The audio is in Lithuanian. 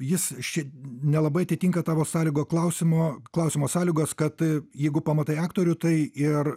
jis šiaip nelabai atitinka tavo sąlygą klausimo klausimo sąlygos kad jeigu pamatai aktorių tai ir